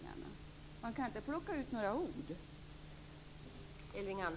Man kan inte enbart plocka ut några ord.